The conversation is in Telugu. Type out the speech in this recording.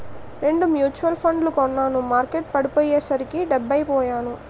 రెండు మ్యూచువల్ ఫండ్లు కొన్నాను మార్కెట్టు పడిపోయ్యేసరికి డెబ్బై పొయ్యాను